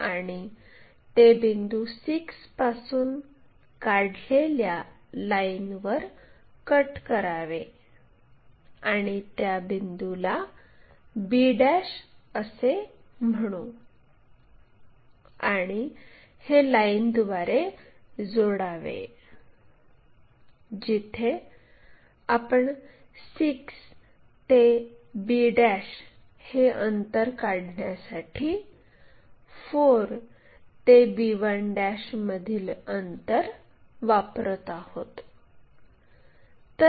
आणि ते बिंदू 6 पासून काढलेल्या लाईनवर कट करावे आणि त्या बिंदूला b असे म्हणू आणि हे लाईनद्वारे जोडावे जिथे आपण 6 ते b हे अंतर काढण्यासाठी 4 ते b1 मधील अंतर वापरत आहोत